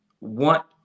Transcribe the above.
want